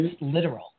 literal